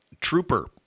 Trooper